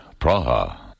Praha